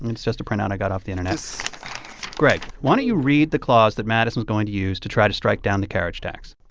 it's just a printout i got off the internet greg, why don't you read the clause that madison's going to use to try to strike down the carriage tax?